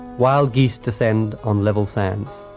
wild geese descent on level sands.